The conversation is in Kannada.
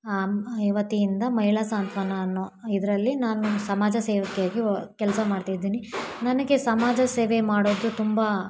ವತಿಯಿಂದ ಮಹಿಳಾ ಸಾಂತ್ವನ ಅನ್ನೋ ಇದರಲ್ಲಿ ನಾನು ಸಮಾಜ ಸೇವಕಿಯಾಗಿ ವ ಕೆಲಸ ಮಾಡ್ತಾ ಇದ್ದೀನಿ ನನಗೆ ಸಮಾಜ ಸೇವೆ ಮಾಡೋದು ತುಂಬ